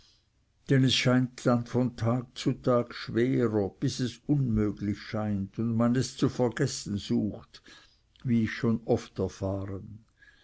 es scheint dann von tag zu tag schwerer bis es unmöglich scheint und man es zu vergessen sucht wie ich schon oft erfahren